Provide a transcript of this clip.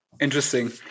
Interesting